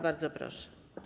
Bardzo proszę.